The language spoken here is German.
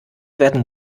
werden